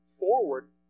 forward